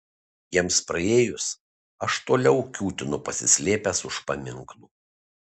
jiems praėjus aš toliau kiūtinu pasislėpęs už paminklų